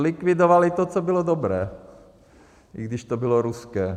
Zlikvidoval i to, co bylo dobré, i když to bylo ruské.